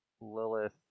Lilith